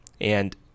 And-